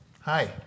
Hi